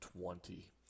twenty